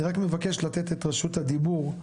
אני רק מבקש לתת את רשות הדיבור,